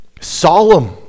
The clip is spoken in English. solemn